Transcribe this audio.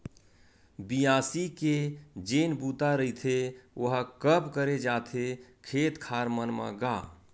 बियासी के जेन बूता रहिथे ओहा कब करे जाथे खेत खार मन म गा?